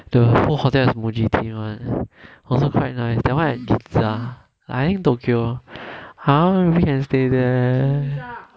the whole hotel is Muji theme one also quite nice that one at ginza I think tokyo !huh! we can stay there